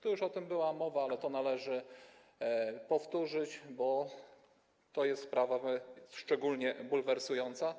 Tu już o tym była mowa, ale należy to powtórzyć, bo to jest sprawa szczególnie bulwersująca.